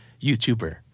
YouTuber